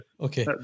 Okay